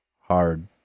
hard